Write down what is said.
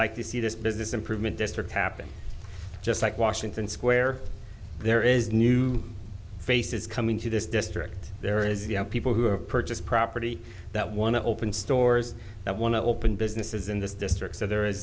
like to see this business improvement district happen just like washington square there is new faces coming to this district there is you have people who have purchased property that want to open stores that want to open businesses in this district so there is